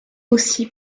aussi